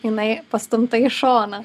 jinai pastumta į šoną